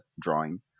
drawing